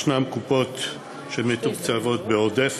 ישנן קופות שמתוקצבות בעודף